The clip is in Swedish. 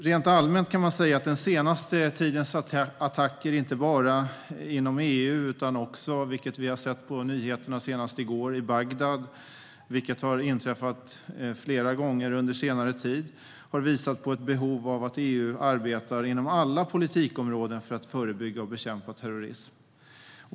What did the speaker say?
Rent allmänt kan man säga att den senaste tidens attacker inte bara inom EU utan också i Bagdad flera gånger under senare tid - senast i går, vilket vi har sett på nyheterna - har visat på ett behov av att EU arbetar inom alla politikområden för att förebygga och bekämpa terrorism.